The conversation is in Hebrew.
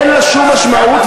אין לה שום משמעות,